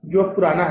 जो अब पुराना है